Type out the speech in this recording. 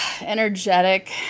energetic